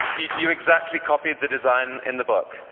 you exactly copied the design in the book.